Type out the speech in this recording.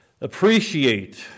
appreciate